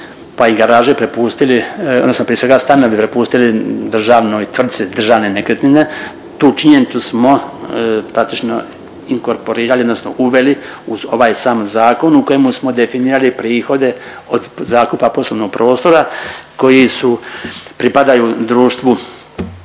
pa i garaže prepustili odnosno prije svega stanove prepustili državnoj tvrtci Državne nekretnine. Tu činjenicu smo praktično inkorporirali odnosno uveli u ovaj sam zakon u kojemu smo definirali prihode od zakupa poslovnog prostora koji su pripadaju društvu